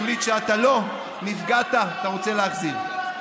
החליט שאתה לא, נפגעת, אתה רוצה להחזיר.